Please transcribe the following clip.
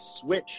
switch